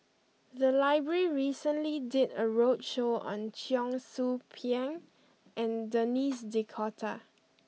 the library recently did a roadshow on Cheong Soo Pieng and Denis D'Cotta